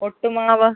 ഒട്ടുമാവ്